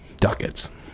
ducats